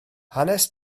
hanes